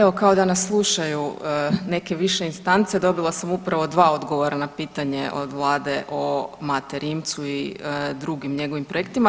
Evo kao da nas slušaju neke više instance dobila sam upravo dva odgovora na pitanje od Vlade o Mate Rimcu i drugim njegovim projektima.